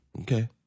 Okay